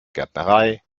gärtnerei